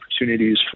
opportunities